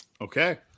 Okay